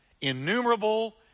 innumerable